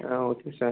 ah okay sir